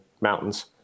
mountains